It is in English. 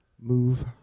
move